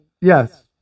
Yes